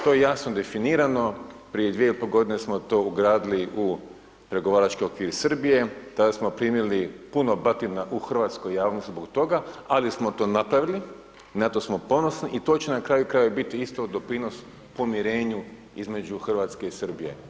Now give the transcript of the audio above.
To je jasno definirano prije 2,5 godine smo to ugradili u pregovarački okvir Srbije tada smo primili puno batina u hrvatskoj javnosti zbog toga, ali smo to napravili, na to smo ponosni i to će na kraju krajeva biti isto doprinos pomirenju između Hrvatske i Srbije.